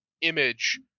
image